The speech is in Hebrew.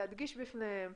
להדגיש בפניהם,